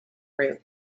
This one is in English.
route